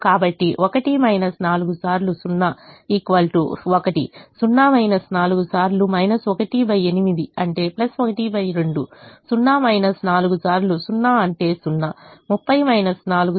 కాబట్టి 1 4 సార్లు 0 1 0 4 సార్లు 1 8 అంటే 12 0 4 సార్లు 0 అంటే 0 30 4 సార్లు 520 అంటే 10